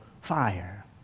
fire